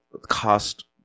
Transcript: cost